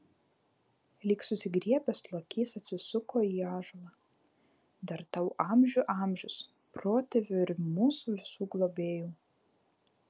lyg susigriebęs lokys atsisuko į ąžuolą dar tau amžių amžius protėvių ir mūsų visų globėjau